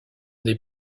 des